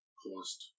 cost